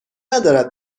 ندارد